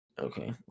Okay